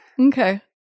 Okay